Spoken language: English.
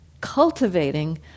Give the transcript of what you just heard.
cultivating